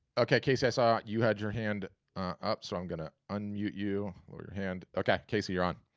okay, casey, i saw you had your hand up so i'm gonna unmute you, or your hand. okay, casey, you're on.